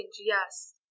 yes